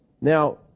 Now